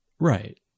Right